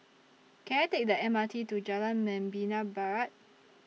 Can I Take The M R T to Jalan Membina Barat